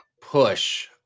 push